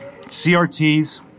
CRTs